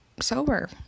sober